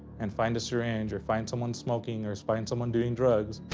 and find a syringe, or find someone smoking, or so find someone doing drugs.